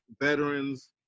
veterans